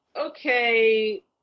okay